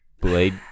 Blade